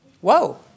Whoa